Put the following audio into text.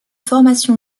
formation